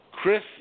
Chris